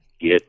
Get